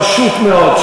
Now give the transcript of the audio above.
פשוט מאוד,